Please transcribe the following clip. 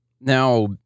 now